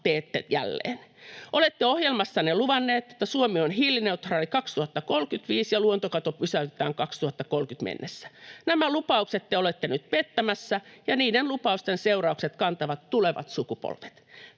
teette jälleen. Olette ohjelmassanne luvanneet, että Suomi on hiilineutraali vuonna 2035 ja luontokato pysäytetään vuoteen 2030 mennessä. Nämä lupaukset te olette nyt pettämässä, ja niiden lupausten seuraukset kantavat tulevat sukupolvet.